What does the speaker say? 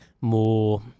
more